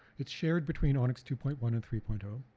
it's shared between onix two point one and three point zero.